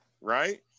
Right